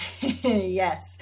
Yes